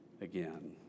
again